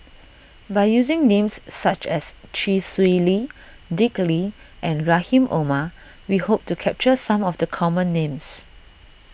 by using names such as Chee Swee Lee Dick Lee and Rahim Omar we hope to capture some of the common names